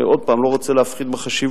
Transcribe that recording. אני עוד פעם לא רוצה להפחית בחשיבות,